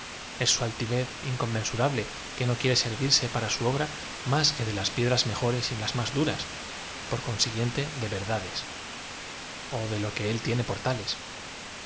es au a ltivez in conmensurable que no quiere servirse para su obra más que de las piedras mejores y más duras por consiguiente de verdades ó de lo que él tiene